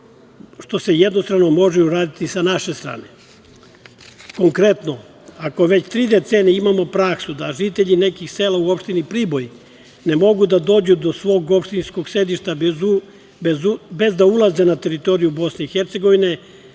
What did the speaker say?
što se jednostrano može uraditi sa naše strane. Konkretno, ako već tri decenije imamo praksu da žitelji nekih sela u opštini Priboj ne mogu da dođu do svog opštinskog sedišta bez da ulaze na teritoriju BiH da li